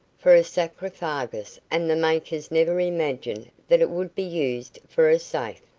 for a sarcophagus, and the makers never imagined that it would be used for a safe.